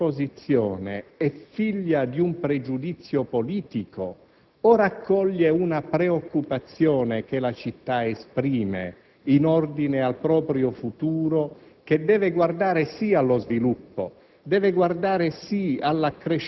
la mutazione di posizione è figlia di un pregiudizio politico, o raccoglie una preoccupazione che la città esprime in ordine al proprio futuro, che deve guardare sì allo sviluppo,